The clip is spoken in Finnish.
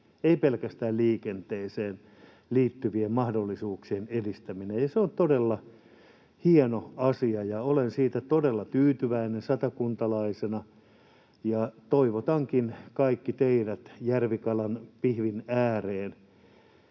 ei pelkästään liikenteeseen liittyvien mahdollisuuksien edistäminen. Ja se on todella hieno asia, ja olen siitä todella tyytyväinen satakuntalaisena, ja toivotankin kaikki teidät järvikalapihvin ääreen.